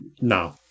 No